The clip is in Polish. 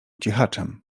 cichaczem